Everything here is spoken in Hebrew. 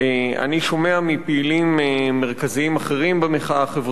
אני שומע מפעילים מרכזיים אחרים במחאה החברתית,